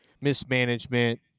mismanagement